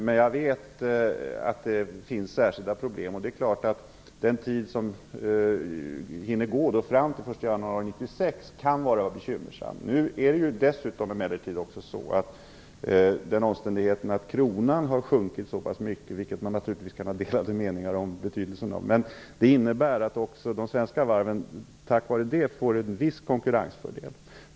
Men jag vet att det finns särskilda problem. Den tid som hinner gå fram till den 1 januari 1996 kan vara bekymmersam. Men det är ju dessutom så att den omständigheten att kronan har sjunkit så pass mycket - man kan naturligtvis ha delade meningar om betydelsen av det - innebär att de svenska varven får en viss konkurrensfördel.